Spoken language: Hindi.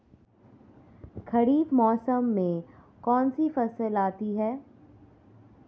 खरीफ मौसम में कौनसी फसल आती हैं?